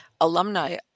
alumni